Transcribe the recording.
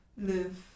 Live